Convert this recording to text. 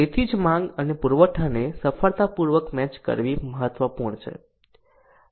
તેથી જ માંગ અને પુરવઠાને સફળતાપૂર્વક મેચ કરવી મહત્વપૂર્ણ છે